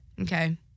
Okay